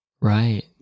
Right